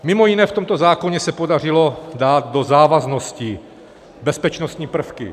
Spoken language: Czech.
Mimo jiné, v tomto zákoně se podařilo dát do závaznosti bezpečnostní prvky.